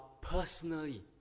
personally